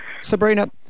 sabrina